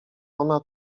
ona